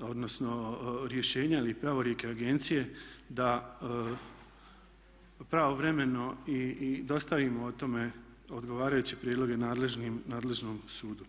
odnosno rješenja ili pravorijeke agencije da pravovremeno i dostavimo o tome odgovarajuće prijedloge nadležnom sudu.